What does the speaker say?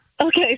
Okay